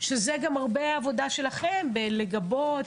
שזאת גם הרבה עבודה שלכם לגבות.